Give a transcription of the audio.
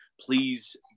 please